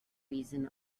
reason